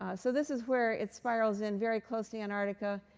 ah so this is where it spirals in very close to antarctica.